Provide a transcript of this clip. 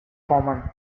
common